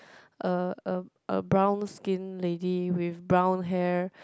uh a a brown skin lady with brown hair